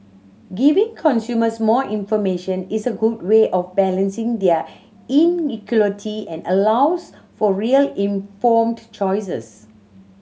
giving consumers more information is a good way of balancing there inequality and allows for real informed choices